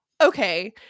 okay